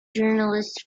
journalists